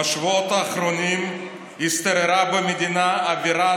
בשבועות האחרונים השתררה במדינה אווירה